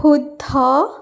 শুদ্ধ